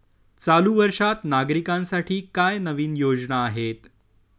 चालू वर्षात नागरिकांसाठी काय नवीन योजना आहेत?